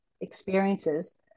experiences